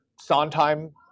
Sondheim